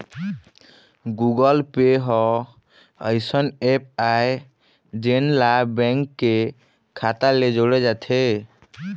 Google Pay ह अइसन app आय जेन ला बेंक के खाता ले जोड़े जाथे